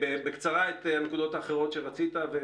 בקצרה תאמר את הנקודות האחרות שרצית.